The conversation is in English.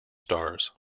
stars